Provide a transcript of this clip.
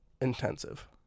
intensive